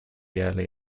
early